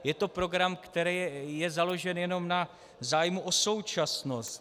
Je to program, který je založen jenom na zájmu o současnost.